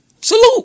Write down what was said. Salute